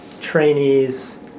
trainees